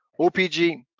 OPG